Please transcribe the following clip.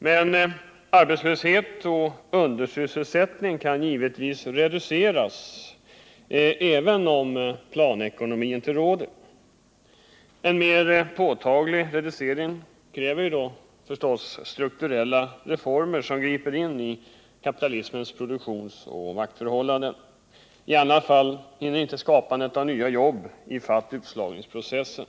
Men arbetslöshet och undersys selsättning kan givetvis reduceras, även om planekonomi inte råder. Men för en mer påtaglig reducering krävs det förstås strukturella reformer, som griper ini kapitalismens produktionsoch maktförhållanden. I annat fall hinner inte skapandet av nya jobb i fatt utslagningsprocessen.